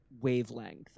wavelength